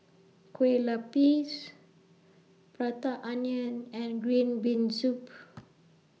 Kue Lupis Prata Onion and Green Bean Soup